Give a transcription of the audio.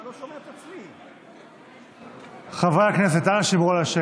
אבל גם במליאה לא פעם ולא פעמיים חבריי ואני העלינו את הנושא הזה.